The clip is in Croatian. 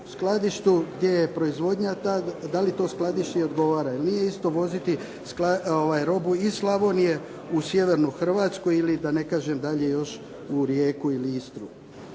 skladištu gdje je proizvodnja ta da li to skladišno odgovara jer nije isto voziti robu iz Slavonije u sjevernu Hrvatsku ili da ne kažem dalje još u Rijeku ili Istru.